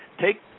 Take